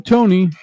Tony